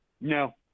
No